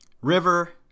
River